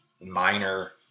minor